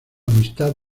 amistad